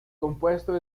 compuesto